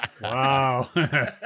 wow